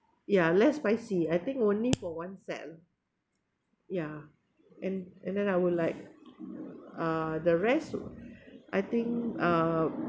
yeah less spicy I think only for one set ya and and then I would like uh the rest I think uh